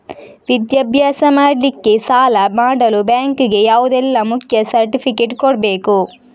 ವಿದ್ಯಾಭ್ಯಾಸ ಮಾಡ್ಲಿಕ್ಕೆ ಸಾಲ ಮಾಡಲು ಬ್ಯಾಂಕ್ ಗೆ ಯಾವುದೆಲ್ಲ ಮುಖ್ಯ ಸರ್ಟಿಫಿಕೇಟ್ ಕೊಡ್ಬೇಕು?